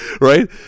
Right